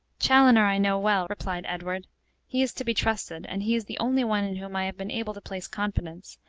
chaloner i know well, replied edward he is to be trusted, and he is the only one in whom i have been able to place confidence,